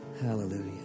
Hallelujah